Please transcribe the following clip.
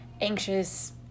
anxious